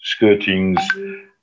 skirtings